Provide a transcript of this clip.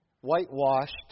whitewashed